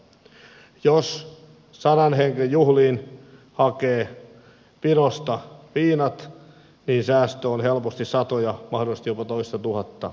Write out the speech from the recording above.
jos sadan hengen juhliin hakee virosta viinat niin säästö on helposti satoja mahdollisesti jopa toistatuhatta euroa